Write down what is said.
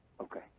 Okay